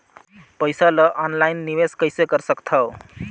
पईसा ल ऑनलाइन निवेश कइसे कर सकथव?